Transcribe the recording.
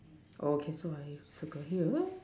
okay so I circle here